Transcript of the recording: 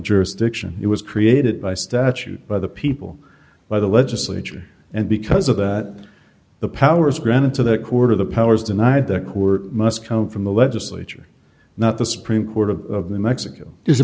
jurisdiction it was created by statute by the people by the legislature and because of that the powers granted to the court of the powers denied the court must come from the legislature not the supreme court of mexico is